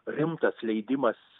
rimtas leidimas